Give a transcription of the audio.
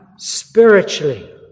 Spiritually